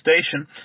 station